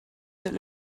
that